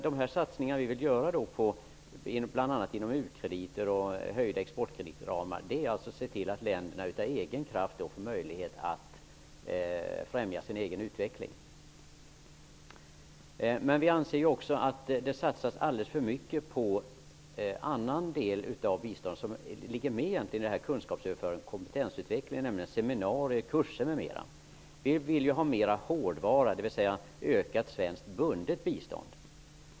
De satsningar som vi vill göra bl.a. inom u-krediter och genom större exportkreditramar skulle leda till att länderna får möjlighet att av egen kraft främja sin egen utveckling. Vi anser också att det satsas alldeles för mycket på annan del av bistånd som finns med i kunskapsöverföring och kompetensutveckling, nämligen seminarier, kurser m.m. Vi vill ha mer hårdvara, dvs. ökat svenskt bundet bistånd.